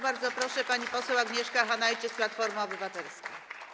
Bardzo proszę, pani poseł Agnieszka Hanajczyk, Platforma Obywatelska.